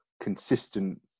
consistent